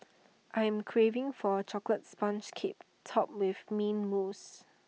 I am craving for A Chocolate Sponge Cake Topped with Mint Mousse